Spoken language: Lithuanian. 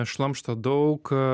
šlamšto daug